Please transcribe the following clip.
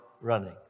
running